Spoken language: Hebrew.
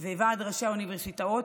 וועד ראשי האוניברסיטאות,